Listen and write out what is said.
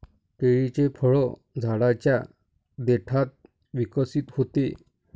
केळीचे फळ झाडाच्या देठात विकसित होते